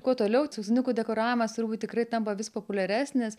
kuo toliau ciausainukų dekoravimas turbūt tikrai tampa vis populiaresnis